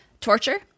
torture